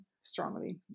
strongly